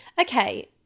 Okay